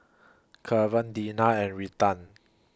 Kevan Dina and Retha